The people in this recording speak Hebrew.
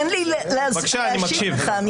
תן לי להשיב לך.